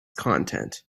content